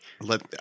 let